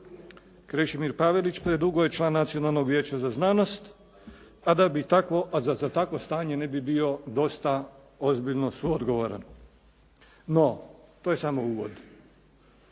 Krešimir Pavelić predugo je član Nacionalnog vijeća za znanost, a da za takvo stanje ne bi bio dosta ozbiljno suodgovoran. No to je samo uvod.